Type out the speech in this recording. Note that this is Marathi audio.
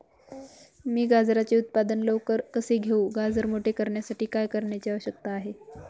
मी गाजराचे उत्पादन लवकर कसे घेऊ? गाजर मोठे करण्यासाठी काय करण्याची आवश्यकता आहे?